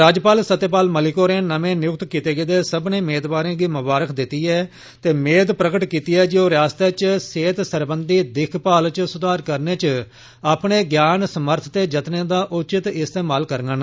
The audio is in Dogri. राज्यपाल सत्यपाल मलिक होरें नमें नियुक्त कीते गेदे सब्मने मेदवारें गी मुबारक दित्ती ऐ ते मेद प्रकट कीती ऐ जे ओह् रियास्ता च सेहत सरबंधी दिक्ख भाल च सुधार करने च अपनै ज्ञान समर्थ ते जत्ने दा उचित इस्तमाल करङन